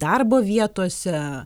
darbo vietose